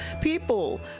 people